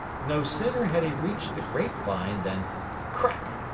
no sooner had he reached the grapevine than crack!